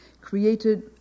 created